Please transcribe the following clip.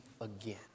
again